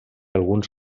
alguns